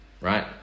right